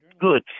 good